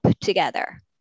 together